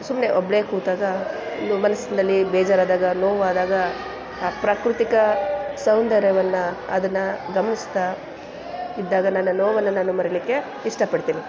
ಸುಮ್ಮನೆ ಒಬ್ಬಳೇ ಕೂತಾಗ ಮನಸ್ನಲ್ಲಿ ಬೇಜಾರಾದಾಗ ನೋವಾದಾಗ ಆ ಪ್ರಾಕೃತಿಕಾ ಸೌಂದರ್ಯವನ್ನು ಅದನ್ನು ಗಮನಿಸ್ತಾ ಇದ್ದಾಗ ನನ್ನ ನೋವನ್ನು ನಾನು ಮರೀಲಿಕ್ಕೆ ಇಷ್ಟಪಡ್ತೀನಿ